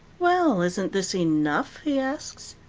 well, isn't this enough he asks.